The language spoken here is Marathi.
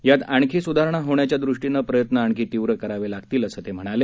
यात आणखी सुधारणा होण्याच्यादृष्टीनं प्रयत्न आणखी तीव्र करावे लागतील असं ते म्हणाले